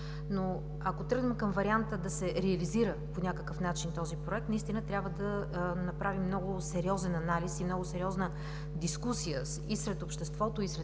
Ако тръгнем към варианта да се реализира по някакъв начин този Проект, наистина трябва да направим много сериозен анализ и много сериозна дискусия сред обществото